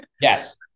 yes